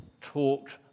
talked